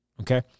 Okay